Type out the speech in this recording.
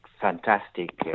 fantastic